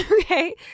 okay